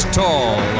tall